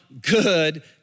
good